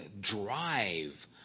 drive